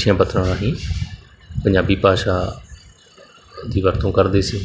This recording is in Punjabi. ਚਿੱਠੀਆਂ ਪੱਤਰਾਂ ਰਾਹੀਂ ਪੰਜਾਬੀ ਭਾਸ਼ਾ ਦੀ ਵਰਤੋਂ ਕਰਦੇ ਸੀ